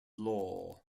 law